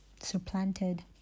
supplanted